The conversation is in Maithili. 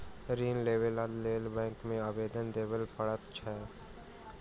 ऋण लेबाक लेल बैंक मे आवेदन देबय पड़ैत छै